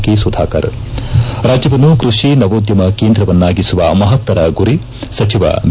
K Sudhakar ರಾಜ್ಯವನ್ನು ಕೈಷಿ ನವೋದ್ದಮ ಕೇಂದ್ರವನ್ನಾಗಿಸುವ ಮಹತ್ತರ ಗುರಿ ಸಚಿವ ಬಿ